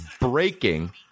breaking